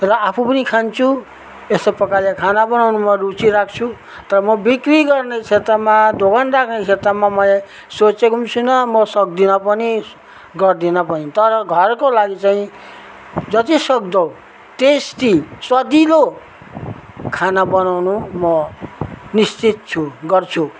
र आफू पनि खान्छु यस्तो प्रकारले खाना बनाउनुमा रुचि राख्छु तर म बिक्री गर्ने क्षेत्रमा दोकान राख्ने क्षेत्रमा मैले सोचेको पनि छैन म सक्दिनँ पनि गर्दिनँ पनि तर घरको लागि चाहिँ जति सक्दो टेस्टी स्वादिलो खाना बनाउनु म निश्चित छु गर्छु